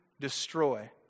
destroy